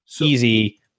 easy